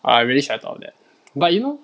I already settled on that but you know